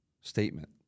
statement